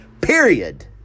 period